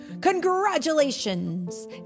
Congratulations